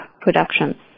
production